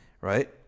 right